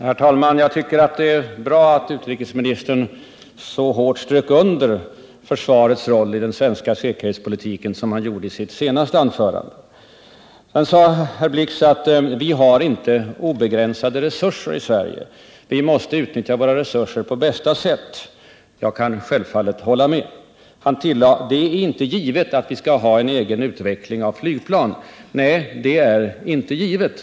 Herr talman! Jag tycker det är bra att utrikesministern så hårt strök under försvarets roll i den svenska säkerhetspolitiken som han gjorde i sitt senaste anförande. Herr Blix sade att vi inte har obegränsade resurser i Sverige och att vi måste utnyttja våra resurser på bästa sätt. Jag kan självfallet hålla med om det. Han tillade: Det är inte givet att vi skall ha en egen utveckling av flygplan. Nej, det är inte givet.